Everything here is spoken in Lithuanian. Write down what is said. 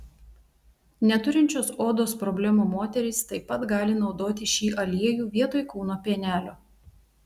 neturinčios odos problemų moterys taip pat gali naudoti šį aliejų vietoj kūno pienelio